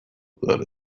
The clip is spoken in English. that